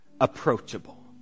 approachable